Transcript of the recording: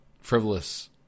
frivolous